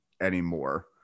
anymore